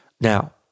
Now